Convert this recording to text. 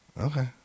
Okay